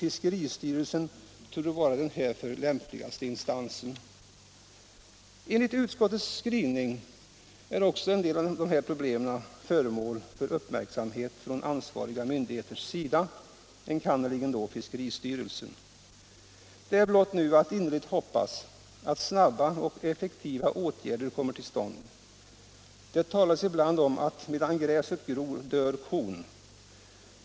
Fiskeristyrelsen torde vara den härför lämpligaste instansen. Enligt utskottets skrivning uppmärksammas vissa av de här problemen av de ansvariga myndigheterna, enkannerligen då fiskeristyrelsen. Man kan nu blott innerligt hoppas att snara och effektiva åtgärder vidtas. Det talas ibland om att medan gräset gror dör kon.